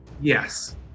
Yes